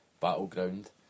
battleground